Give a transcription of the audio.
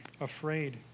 afraid